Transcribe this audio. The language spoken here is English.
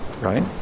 right